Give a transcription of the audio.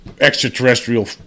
extraterrestrial